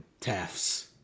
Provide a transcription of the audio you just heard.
Tafts